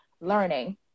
learning